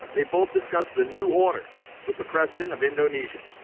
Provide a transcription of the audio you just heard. they both discuss the new order with the president of indonesia.